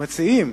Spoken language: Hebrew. המציעים